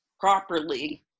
properly